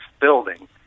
building